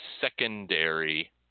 secondary